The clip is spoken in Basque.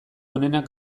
onenak